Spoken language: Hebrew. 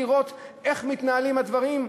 לראות איך מתנהלים הדברים?